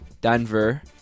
Denver